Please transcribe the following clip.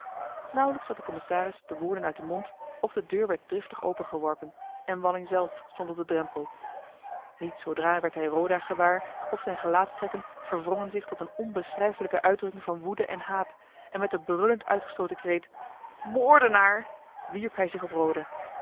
nauwelijks had de commissaris de woorden uit den mond of de deur werd driftig opengeworpen en walling zelf stond op den drempel niet zoodra werd hij roda gewaar of zijn gelaatstrekken verwrongen zich tot eene onbeschrijfelijke uitdrukking van woede en haat en met den brullend uitgestooten kreet moordenaar wierp hij zich op roda